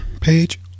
page